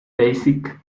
basic